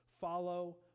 follow